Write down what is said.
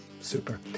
Super